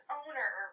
owner